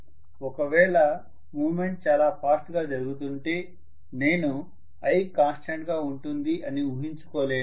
ఒకవేళ మూవ్మెంట్ చాలా ఫాస్ట్ గా జరుగుతుంటే నేను i కాన్స్టంట్ గా ఉంటుంది అని ఊహించుకోలేను